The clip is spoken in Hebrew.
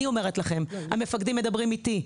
אני אומרת לכם שהמפקדים מדברים איתי.